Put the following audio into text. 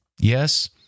Yes